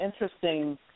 interesting